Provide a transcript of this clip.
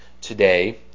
today